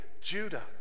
Judah